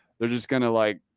they're just gonna like.